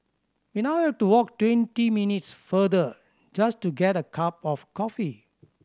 we now have to walk twenty minutes farther just to get a cup of coffee